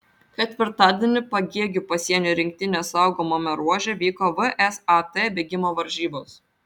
ketvirtadienį pagėgių pasienio rinktinės saugomame ruože vyko vsat bėgimo varžybos